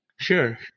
Sure